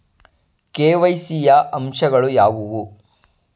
KYC ಯ ಅಂಶಗಳು ಯಾವುವು?